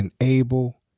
enable